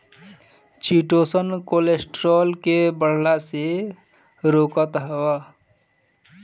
chitosan cholesterol के बढ़ला से रोकत हअ